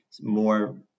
more